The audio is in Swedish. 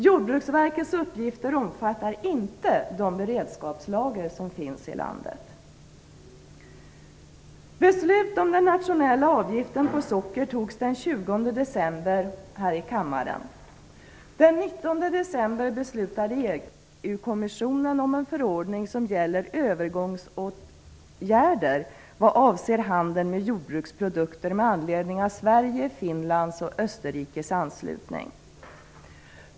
Jordbruksverkets uppgifter omfattar inte de beredskapslager som finns i landet. Beslut om den nationella avgiften på socker fattades den 20 december här i kammaren. Den 19 december beslutade EU-kommissionen om en förordning som gäller övergångsåtgärder vad avser handeln med jordbruksprodukter med anledning av Sveriges, Finlands och Österrikes anslutning.